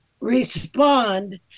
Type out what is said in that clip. respond